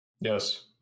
Yes